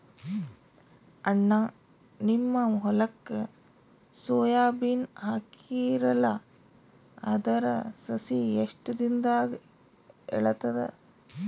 ಅಣ್ಣಾ, ನಿಮ್ಮ ಹೊಲಕ್ಕ ಸೋಯ ಬೀನ ಹಾಕೀರಲಾ, ಅದರ ಸಸಿ ಎಷ್ಟ ದಿಂದಾಗ ಏಳತದ?